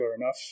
enough